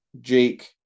Jake